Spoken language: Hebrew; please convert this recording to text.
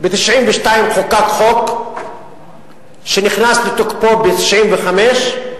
ב-1992 חוקק חוק, שנכנס לתוקפו ב-1995,